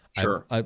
Sure